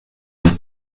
auf